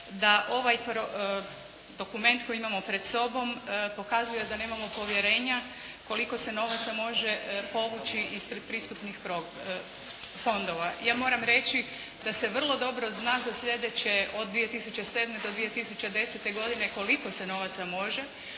da ovaj dokument koji imamo pred sobom, pokazuje da nemamo povjerenja koliko se novaca može povući ispred pristupnih fondova. Ja moram reći da se vrlo dobro zna za sljedeće od 2007. do 2010. godine koliko se novaca može,